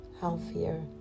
healthier